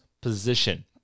position